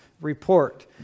report